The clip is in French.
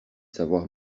savoir